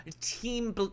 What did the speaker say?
Team